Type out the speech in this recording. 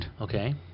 Okay